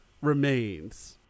remains